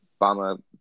Bama